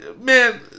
Man